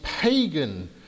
pagan